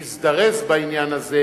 להזדרז בעניין הזה,